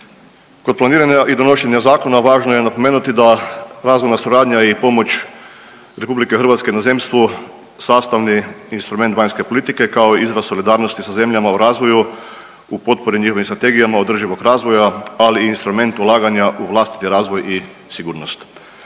Kod planiranja i donošenja zakona važno je napomenuti da razvojna suradnja i pomoć Republike Hrvatske inozemstvu sastavni instrument vanjske politike kao izraz solidarnosti sa zemljama u razvoju u potpori njihovim strategijama održivog razvoja ali i instrument ulaganja u vlastiti razvoj i sigurnost.